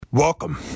Welcome